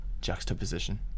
juxtaposition